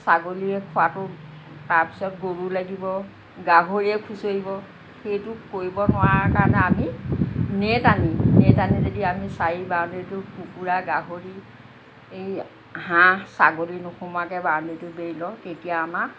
ছাগলীয়ে খোৱাটো তাৰপিছত গৰু লাগিব গাহৰিয়ে খুঁচৰিব সেইটো কৰিব নোৱাৰা কাৰণে আমি নেট আনি নেট আনি যদি আমি চাৰি বাউণ্ডেৰীটো কুকুৰা গাহৰি এই হাঁহ ছাগলী নোসোমোৱাকৈ বাউণ্ডেৰীটো বেৰি লওঁ তেতিয়া আমাৰ